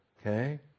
okay